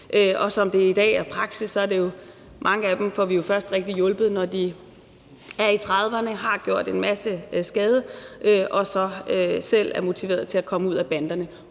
Og som det i dag er praksis, får vi jo først hjulpet mange af dem rigtigt, når de er i trediverne og har gjort en masse skade og så selv er motiverede for at komme ud af banderne.